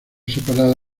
separada